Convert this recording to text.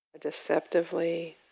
deceptively